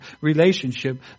relationship